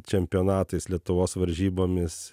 čempionatais lietuvos varžybomis